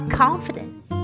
confidence